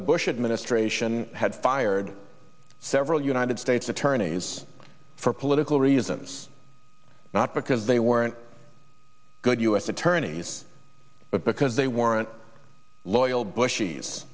the bush administration had fired several united states attorneys for political reasons not because they weren't good u s attorneys but because they weren't loyal bush